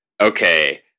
okay